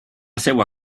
seua